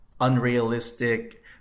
unrealistic